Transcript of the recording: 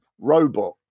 Robot